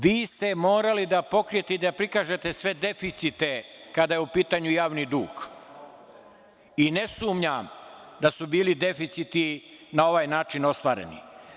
Vi ste morali da pokrijete i da prikažete sve deficite, kada je u pitanju javni dug i ne sumnjam da su bili deficiti na ovaj način ostvareni.